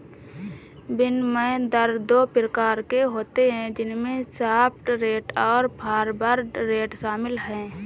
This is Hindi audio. विनिमय दर दो प्रकार के होते है जिसमे स्पॉट रेट और फॉरवर्ड रेट शामिल है